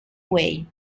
way